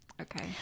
okay